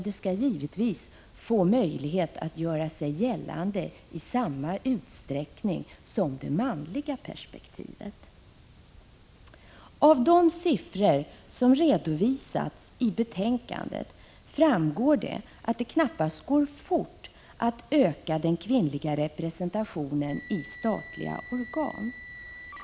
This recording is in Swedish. Det skall givetvis få möjlighet att göra sig gällande i samma utsträckning som det manliga perspektivet. Av de siffror som redovisats i betänkandet framgår att det knappast går fort att öka den kvinnliga representationen i statliga organ.